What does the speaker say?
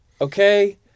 okay